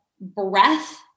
breath